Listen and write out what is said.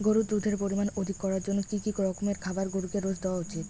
গরুর দুধের পরিমান অধিক করার জন্য কি কি রকমের খাবার গরুকে রোজ দেওয়া উচিৎ?